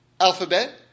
alphabet